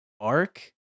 arc